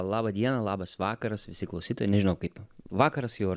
laba diena labas vakaras visi klausytojai nežinau kaip vakaras jau ar